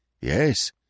Yes